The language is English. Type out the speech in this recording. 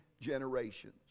generations